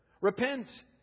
repent